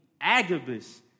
Agabus